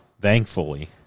thankfully